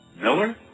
Miller